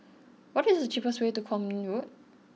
what is the cheapest way to Kwong Min Road